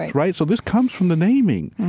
right so this comes from the naming.